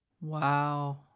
Wow